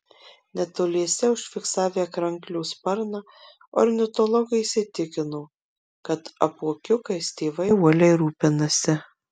netoliese užfiksavę kranklio sparną ornitologai įsitikino kad apuokiukais tėvai uoliai rūpinasi